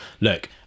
look